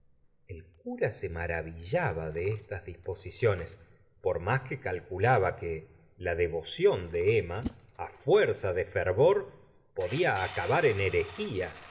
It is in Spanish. el cura e maravillaba de estas disposiciones por más que calculaba que la devoción de emma á fuerza de fervor podía acabar en herejla y